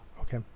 Okay